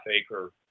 acre